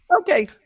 okay